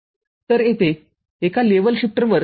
तर येथे एका लेव्हल शिफ्टर वर डायोड होता